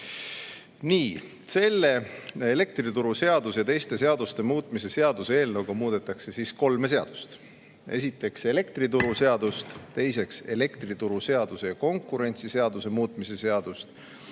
Elektrituruseaduse ja teiste seaduste muutmise seaduse eelnõuga muudetakse kolme seadust: esiteks elektrituruseadust, teiseks elektrituruseaduse ja konkurentsiseaduse muutmise seadust